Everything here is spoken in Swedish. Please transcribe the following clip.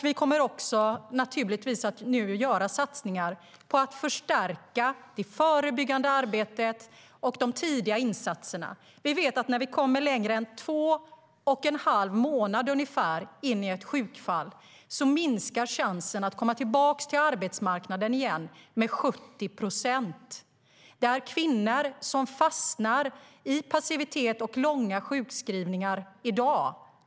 Vi kommer även att göra satsningar på att förstärka det förebyggande arbetet och de tidiga insatserna. Vi vet att när ett sjukfall varar längre än ungefär två och en halv månad minskar chansen för personen ska komma tillbaka till arbetsmarknaden med 70 procent. Vi måste förändra att kvinnor fastnar i passivitet och långa sjukskrivningar i dag.